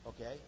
Okay